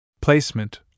Placement